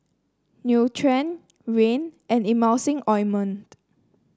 Nutren Rene and Emulsying Ointment